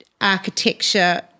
architecture